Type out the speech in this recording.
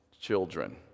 children